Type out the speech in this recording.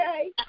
okay